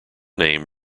name